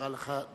נשארה לך דקה